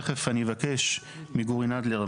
תכף אני אבקש מגורי נדלר,